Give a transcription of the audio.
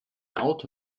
auto